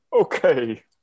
okay